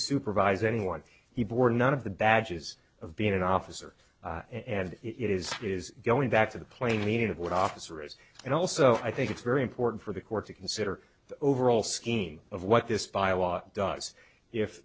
supervise anyone he bore none of the badges of being an officer and it is it is going back to the plain meaning of what officer is and also i think it's very important for the court to consider the overall scheme of what this byelaw does if